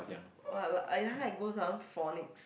!wah! I I like go some phonics